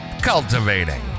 cultivating